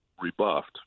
rebuffed